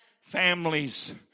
Families